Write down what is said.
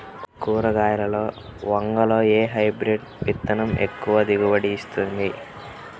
కూరగాయలలో వంగలో ఏ హైబ్రిడ్ విత్తనం ఎక్కువ దిగుబడిని ఇస్తుంది?